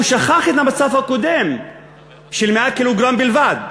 הוא שכח את המצב הקודם של 100 קילוגרם בלבד,